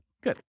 Good